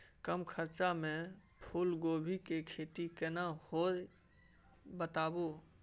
कम खर्चा में फूलकोबी के खेती केना होते बताबू?